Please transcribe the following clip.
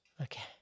Okay